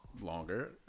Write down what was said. longer